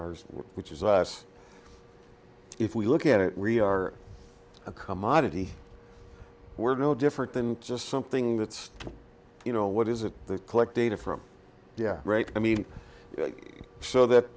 ours which is us if we look at it we are a commodity we're no different than just something that's you know what is it collect data from yeah right i mean so that